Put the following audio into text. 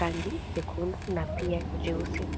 rangi jekundu na pia jeusi.